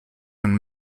and